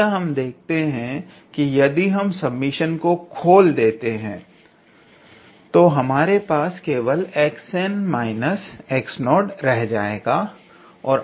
अतः हम देखते हैं कि यदि हम समेशन को खोल देते हैं तो हमारे पास केवल 𝑥𝑛 − 𝑥0 रह जाएगा